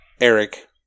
Eric